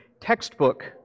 textbook